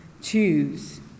choose